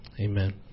amen